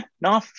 no